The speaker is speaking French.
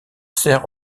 sert